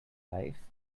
life